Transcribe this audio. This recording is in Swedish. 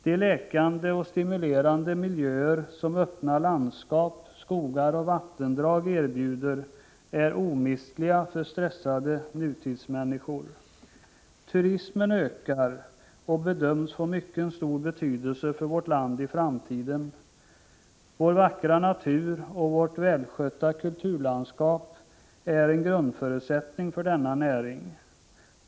De läkande och stimulerande miljöer som öppna landskap, skogar och vattendrag erbjuder är omistliga för stressade nutidsmänniskor. Turismen ökar och bedöms få mycket stor betydelse för vårt land i framtiden. Vår vackra natur och vårt välskötta kulturlandskap är en grundförutsättning för turistnäringen.